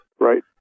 Right